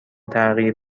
تغییر